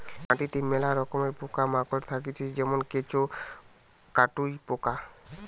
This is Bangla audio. মাটিতে মেলা রকমের পোকা মাকড় থাকতিছে যেমন কেঁচো, কাটুই পোকা